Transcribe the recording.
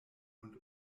und